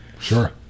Sure